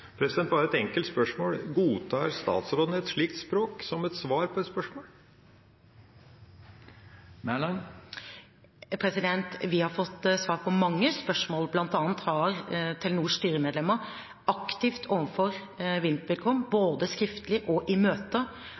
Bare et enkelt spørsmål: Godtar statsråden et slikt språk som svar på et spørsmål? Vi har fått svar på mange spørsmål. Blant annet har Telenors styremedlemmer aktivt overfor WimpelCom, både skriftlig og i